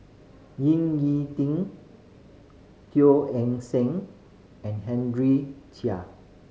Ying E Ding Teo Eng Seng and Henry Chia